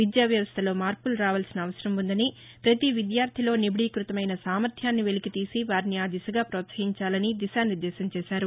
విద్యా వ్యవస్థలో మార్పులు రావాల్సిన అవసరం ఉందని ప్రతి విద్యార్థుల్లో నిబిడీకృతమైన సామర్ణ్యాన్ని వెలికితీసి వారిని ఆ దిశగా ప్రోత్సహించాలని దిశానిర్దేశం చేశారు